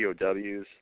POWs